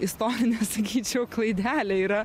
istorinė sakyčiau klaidelė yra